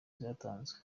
zatanzwe